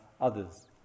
others